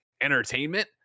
entertainment